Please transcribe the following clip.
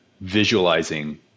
visualizing